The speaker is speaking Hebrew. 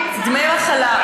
דמי מחלה.